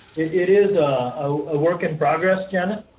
it is a work in progress, janet.